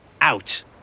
out